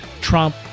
Trump